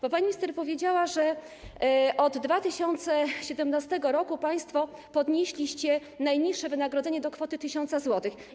Bo pani minister powiedziała, że od 2017 r. państwo podnieśliście najniższe wynagrodzenie do kwoty 1000 zł.